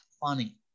funny